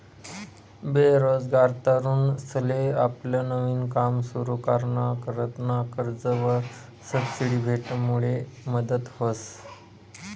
बेरोजगार तरुनसले आपलं नवीन काम सुरु कराना करता कर्जवर सबसिडी भेटामुडे मदत व्हस